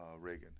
Reagan